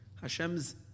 Hashem's